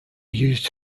used